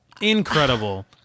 Incredible